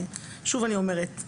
שוב אני אומרת,